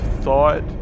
thought